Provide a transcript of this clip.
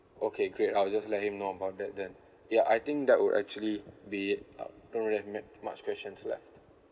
okay great I'll just let him know about that then yeah I think that would actually be uh don't really have much questions left